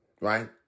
right